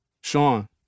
Sean